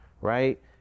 right